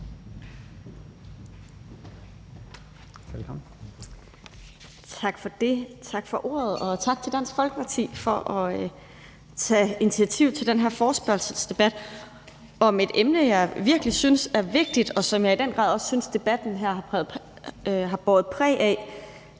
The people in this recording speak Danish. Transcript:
Robsøe (RV): Tak for ordet, og tak til Dansk Folkeparti for at tage initiativ til den her forespørgselsdebat om et emne, jeg virkelig synes er vigtigt, og som, hvad jeg i den grad synes debatten her har båret præget af,